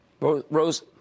Rose